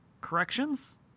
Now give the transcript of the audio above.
corrections